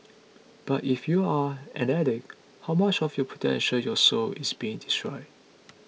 but if you're an addict how much of your potential your soul is being destroyed